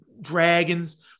dragons